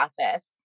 office